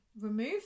remove